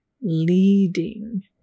leading